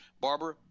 Barbara